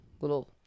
little